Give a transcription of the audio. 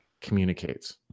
communicates